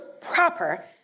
proper